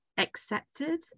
accepted